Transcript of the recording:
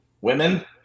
women